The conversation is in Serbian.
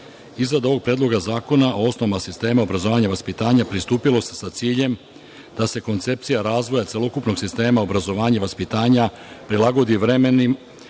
Iznad ovog predloga zakona o osnovama sistema obrazovanja i vaspitanja pristupilo se sa ciljem da se koncepcija razvoja celokupnog sistema obrazovanja i vaspitanja prilagodi uslovima